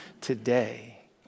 today